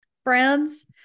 Friends